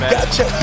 Gotcha